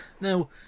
Now